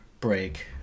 break